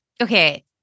Okay